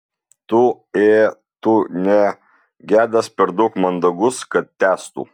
tu ė tu ne gedas per daug mandagus kad tęstų